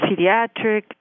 pediatric